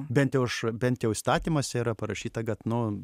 bent jau aš bent jau įstatymuose yra parašyta kad nu